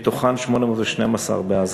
מתוכן 812 בעזה.